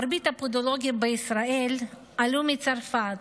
מרבית הפודולוגים בישראל עלו מצרפת,